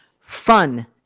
fun